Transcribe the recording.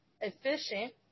efficient